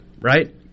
right